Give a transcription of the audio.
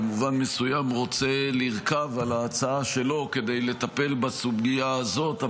במובן מסוים רוצה לרכוב על ההצעה שלו כדי לטפל בסוגיה הזאת,